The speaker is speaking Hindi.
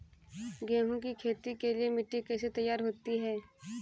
गेहूँ की खेती के लिए मिट्टी कैसे तैयार होती है?